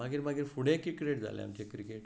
मागीर मागीर फुडें क्रिकेट जाली आमची